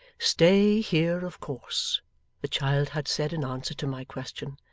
stay here of course the child had said in answer to my question,